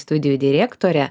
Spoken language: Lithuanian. studijų direktorė